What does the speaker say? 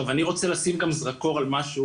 עכשיו אני רוצה לשים גם זרקור על משהו